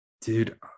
Dude